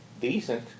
decent